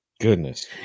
Goodness